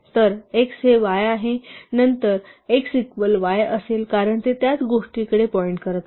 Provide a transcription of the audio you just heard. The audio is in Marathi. तर x हे y आहे नंतर x इक्वल y असेल कारण ते त्याच गोष्टीकडे पॉईंट करत आहेत